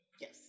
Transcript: Yes